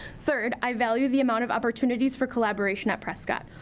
third, i value the amount of opportunities for collaboration at prescott.